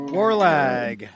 Warlag